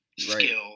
skill